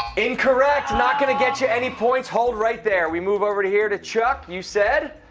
incorrect. not going to get you any points. hold right there. we move over to here to chuck. you said?